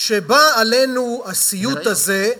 שבא עלינו הסיוט הזה,